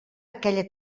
aquella